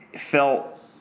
felt